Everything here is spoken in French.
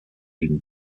unis